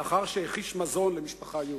לאחר שהחיש מזון למשפחה יהודית.